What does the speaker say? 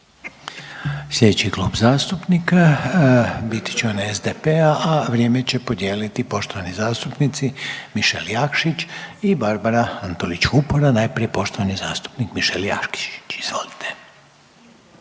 Slijedeći Klub zastupnika biti će onaj SDP-a, a vrijeme će podijeliti poštovani zastupnici MIšel Jakšić i Barbara Antolić Vupora. Najprije poštovani zastupnik Mišel Jakšić, izvolite.